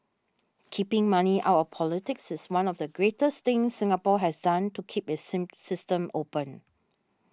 keeping money out of politics is one of the greatest things Singapore has done to keep its system open